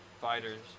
fighters